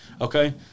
Okay